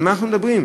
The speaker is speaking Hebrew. על מה אתם מדברים?